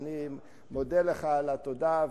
אני מודה לך על התודה,